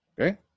Okay